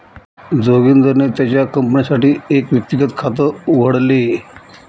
जोगिंदरने त्याच्या कंपनीसाठी एक व्यक्तिगत खात उघडले